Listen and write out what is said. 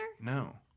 no